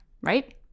right